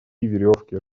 веревки